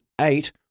eight